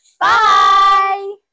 Bye